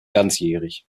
ganzjährig